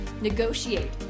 negotiate